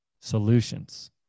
solutions